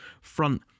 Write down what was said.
front